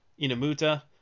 Inamuta